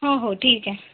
हो हो ठीक आहे